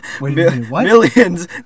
Millions